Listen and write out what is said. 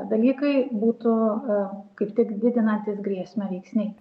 dalykai būtų kaip tik didinantys grėsmę veiksniai